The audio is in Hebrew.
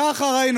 ככה ראינו.